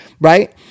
right